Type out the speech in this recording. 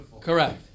correct